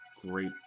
great